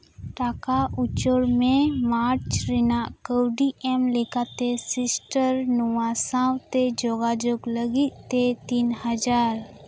ᱴᱟᱠᱟ ᱩᱪᱟᱹᱲ ᱢᱮ ᱢᱟᱨᱪ ᱨᱮᱱᱟᱜ ᱠᱟᱹᱣᱰᱤ ᱮᱢ ᱞᱮᱠᱟᱛᱮ ᱥᱤᱥᱴᱟᱨ ᱱᱚᱣᱟ ᱥᱟᱶᱛᱮ ᱡᱳᱜᱟᱡᱳᱜᱽ ᱞᱟᱹᱜᱤᱫ ᱛᱮ ᱛᱤᱱ ᱦᱟᱡᱟᱨ